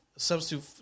Substitute